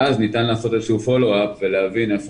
ואז ניתן לעשות איזשהו פולו-אפ ולהבין איפה